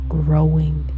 growing